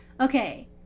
Okay